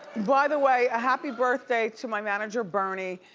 by the way, a happy birthday to my manager bernie.